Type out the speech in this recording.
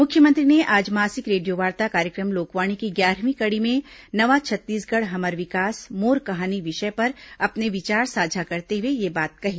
मुख्यमंत्री ने आज मासिक रेडियोवार्ता कार्यक्रम लोकवाणी की ग्यारहवीं कड़ी में नवा छत्तीसगढ़ हमर विकास मोर कहानी विषय पर अपने विचार साझा करते हुए यह बात कही